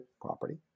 property